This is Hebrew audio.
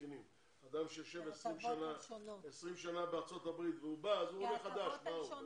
אדם שיושב 20 שנה בארצות הברית והוא בא אז הוא עולה חדש.